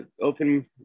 open